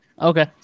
Okay